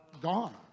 gone